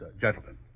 gentlemen